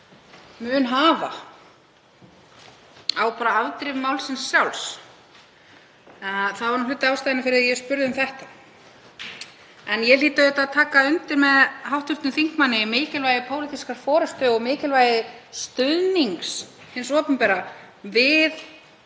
mun hafa á afdrif málsins sjálfs. Það var hluti af ástæðunni fyrir að ég spurði um þetta. En ég hlýt auðvitað að taka undir með hv. þingmanni um mikilvægi pólitískrar forystu og mikilvægi stuðnings hins opinbera við